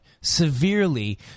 severely